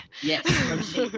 Yes